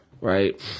right